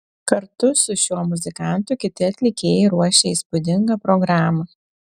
kartu su šiuo muzikantu kiti atlikėjai ruošia įspūdingą programą